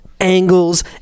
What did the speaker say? angles